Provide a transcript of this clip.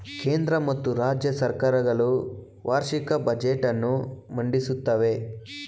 ಕೇಂದ್ರ ಮತ್ತು ರಾಜ್ಯ ಸರ್ಕಾರ ಗಳು ವಾರ್ಷಿಕ ಬಜೆಟ್ ಅನ್ನು ಮಂಡಿಸುತ್ತವೆ